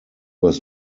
was